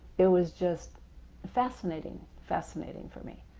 it was just fascinating fascinating for me,